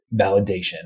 validation